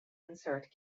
insert